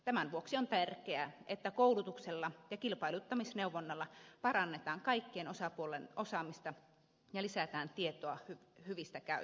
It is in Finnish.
tämän vuoksi on tärkeää että koulutuksella ja kilpailuttamisneuvonnalla parannetaan kaikkien osapuolten osaamista ja lisätään tietoa hyvistä käytännöistä